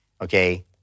Okay